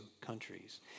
countries